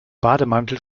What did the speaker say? bademantel